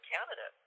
Canada